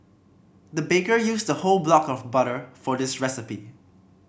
the baker used a whole block of butter for this recipe